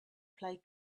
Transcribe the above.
play